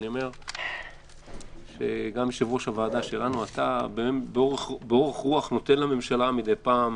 אתה כיו"ר הוועדה נותן באורך רוח לממשלה מידי פעם